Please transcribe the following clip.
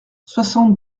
soixante